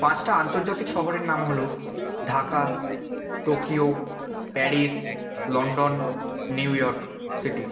পাঁচটা আন্তর্জাতিক শহরের নাম হলো Dhaka Tokyo Paris London New York city